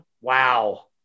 wow